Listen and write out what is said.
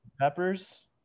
peppers